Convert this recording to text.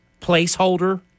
placeholder